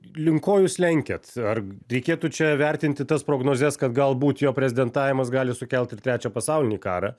link ko jūs lenkiat ar reikėtų čia vertinti tas prognozes kad galbūt jo prezidentavimas gali sukelt ir trečią pasaulinį karą